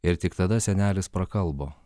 ir tik tada senelis prakalbo